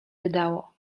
wydało